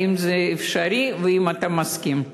האם זה אפשרי והאם אתה מסכים?